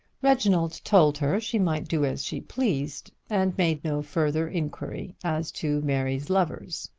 reginald told her she might do as she pleased and made no further inquiry as to mary's lovers.